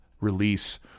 release